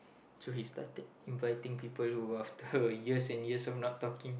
so he started inviting people who after years and years of not talking